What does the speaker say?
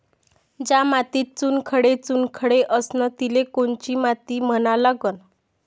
ज्या मातीत चुनखडे चुनखडे असन तिले कोनची माती म्हना लागन?